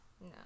No